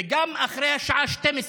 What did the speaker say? וגם אחרי השעה 24:00,